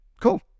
cool